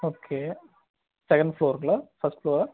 okay second ஃப்ளோருங்களா first Flora